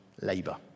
labour